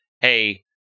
hey